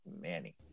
Manny